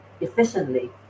efficiently